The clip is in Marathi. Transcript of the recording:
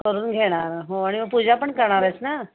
करून घेणार हो आणि पूजा पण करणार आहेस ना